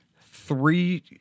Three